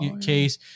case